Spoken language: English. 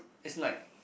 it's like